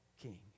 king